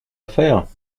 affaires